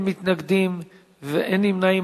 9, אין מתנגדים ואין נמנעים.